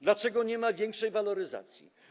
Dlaczego nie ma większej waloryzacji?